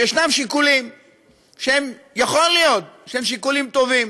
שיש שיקולים שיכול להיות שהם שיקולים טובים.